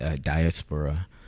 diaspora